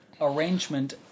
arrangement